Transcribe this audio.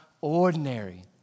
ordinary